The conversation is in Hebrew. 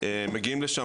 היא צריכה לשים